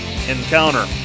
encounter